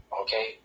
Okay